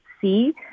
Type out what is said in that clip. see